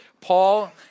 Paul